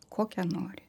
kokią nori